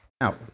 Now